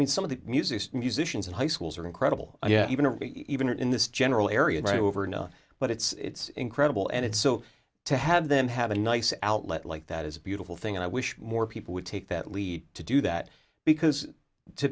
mean some of the music musicians and high schools are incredible yet even or even in this general area right over know but it's incredible and so to have them have a nice outlet like that is a beautiful thing and i wish more people would take that lead to do that because to